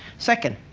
second,